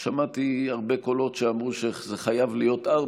שמעתי הרבה קולות שאמרו שזה חייב להיות 4,